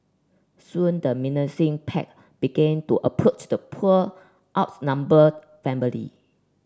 soon the menacing pack began to approach the poor outnumbered family